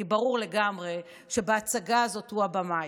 כי ברור לגמרי שבהצגה הזאת הוא הבמאי,